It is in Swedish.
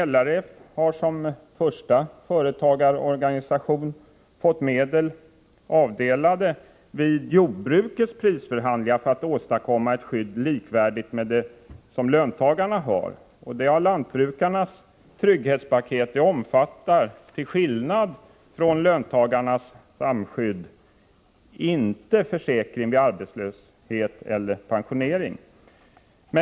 LRF har som första företagarorganisation vid jordbrukets prisförhandlingar fått sig tilldelad medel för att åstadkomma ett skydd likvärdigt löntagarnas. Lantbrukarnas trygghetspaket omfattar till skillnad mot löntagarnas försäkringsskydd inte försäkring vid arbetslöshet eller pensionering.